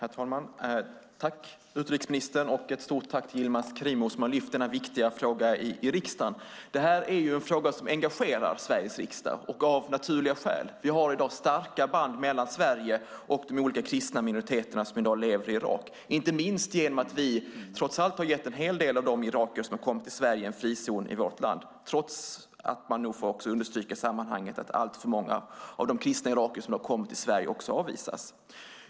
Herr talman! Tack, utrikesministern, och ett stort tack till Yilmaz Kerimo som har lyft denna viktiga fråga i riksdagen! Detta är en fråga som engagerar Sveriges riksdag, av naturliga skäl. Det finns starka band mellan Sverige och de olika kristna minoriteter som i dag lever i Irak, inte minst genom att vi trots allt har gett en hel del av de irakier som har kommit till Sverige en frizon i vårt land. Man får dock också i sammanhanget understryka att alltför många av de kristna irakier som har kommit till Sverige också avvisats.